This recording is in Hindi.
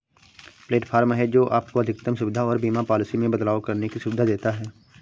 प्लेटफॉर्म है, जो आपको अधिकतम सुविधा और बीमा पॉलिसी में बदलाव करने की सुविधा देता है